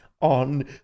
on